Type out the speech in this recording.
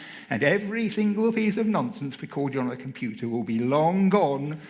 and every single piece of nonsense recorded on a computer will be long gone,